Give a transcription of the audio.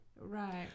Right